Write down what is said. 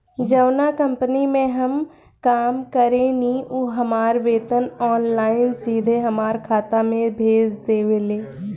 जावना कंपनी में हम काम करेनी उ हमार वेतन ऑनलाइन सीधे हमरा खाता में भेज देवेले